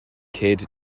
kid